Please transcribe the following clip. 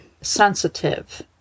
sensitive